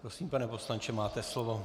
Prosím, pane poslanče, máte slovo.